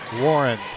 Warren